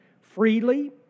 freely